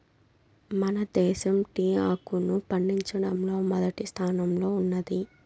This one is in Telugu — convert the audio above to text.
మన దేశం టీ ఆకును పండించడంలో మొదటి స్థానంలో ఉన్నాది